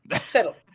Settle